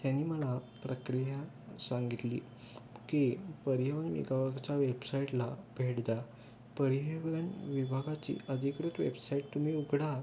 त्यांनी मला प्रक्रिया सांगितली की परिवहन विभागाच्या वेबसाईटला भेट द्या परिवहन विभागाची अधिकृत वेबसाईट तुम्ही उघडा